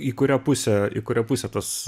į kurią pusę į kurią pusę tas